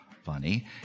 funny